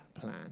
plan